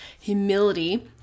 humility